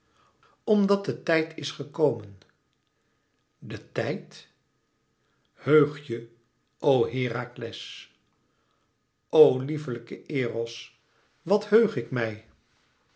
omdat de tijd is gekomen de tijd heùg je o herakles o lieflijke eros wàt heug ik mij